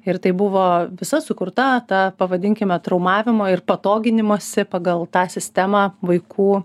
ir tai buvo visa sukurta ta pavadinkime traumavimo ir patoginimosi pagal tą sistemą vaikų